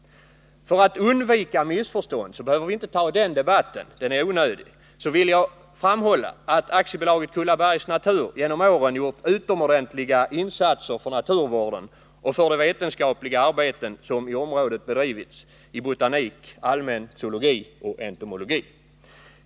För att undvika missförstånd — vi behöver inte ta en debatt om detta, det är onödigt — vill jag framhålla att AB Kullabergs Natur genom åren gjort utomordentliga insatser för naturvården och för de vetenskapliga arbeten som i området bedrivits i botanik, allmän zoologi och entomologi.